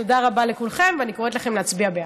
תודה רבה לכולכם, ואני קוראת לכם להצביע בעד.